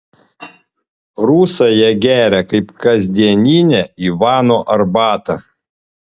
rusai ją geria kaip kasdieninę ivano arbatą